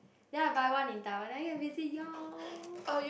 ya buy one in Taiwan then I can visit y'all